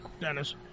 Dennis